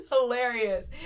Hilarious